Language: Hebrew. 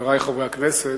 חברי חברי הכנסת,